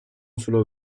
solo